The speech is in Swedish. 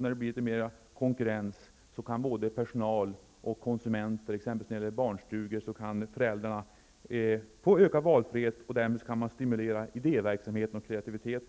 När det blir mer konkurrens och ökad valfrihet stimuleras idéverksamhet och kreativitet.